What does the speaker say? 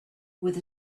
with